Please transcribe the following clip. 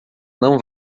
não